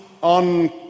on